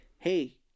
Hey